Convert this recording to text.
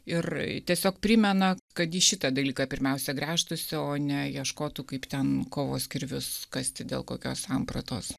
ir tiesiog primena kad į šitą dalyką pirmiausia gręžtųsi o ne ieškotų kaip ten kovos kirvius kasti dėl kokios sampratos